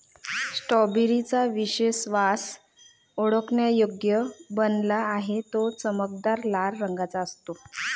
strawberry चा विशेष वास ओळखण्यायोग्य बनला आहे, तो चमकदार लाल रंगाचा असतो